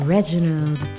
Reginald